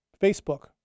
Facebook